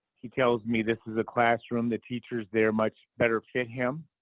he tells me this is a classroom, the teachers there much better fit him,